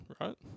right